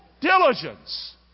diligence